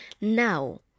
now